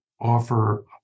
offer